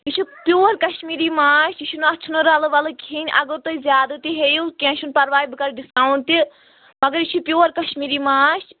یہِ چھُ پیور کَشمیٖری ماچھ یہِ چھُنہٕ اَتھ چھُنہٕ رَلہٕ وَلہٕ کِہیٖنۍ اگر تُہۍ زیادٕ تہِ ہیٚیِو کیٚنٛہہ چھُنہٕ پَرواے بہٕ کَرٕ ڈِسکاوُنٛٹ تہِ مگر یہِ چھِ پیور کَشمیٖری ماچھ